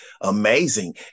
Amazing